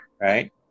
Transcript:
right